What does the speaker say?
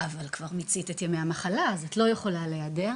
אבל כבר מיצית את ימי המחלה אז את לא יכולה להיעדר.